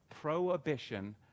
prohibition